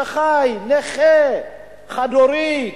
שחי, נכה, חד-הורית,